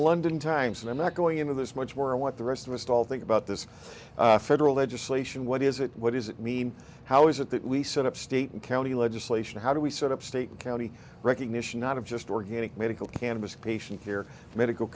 london times and that going into this much more of what the rest of us all think about this federal legislation what is it what does it mean how is it that we set up state and county legislation how do we set up state county recognition not just organic medical cannabis patient here medical